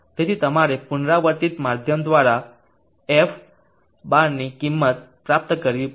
તેથી તમારે પુનરાવર્તિત માધ્યમ દ્વારા f̄ ની કિંમત પ્રાપ્ત કરવી પડશે